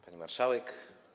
Pani Marszałek!